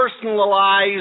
personalized